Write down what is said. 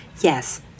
Yes